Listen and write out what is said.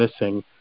missing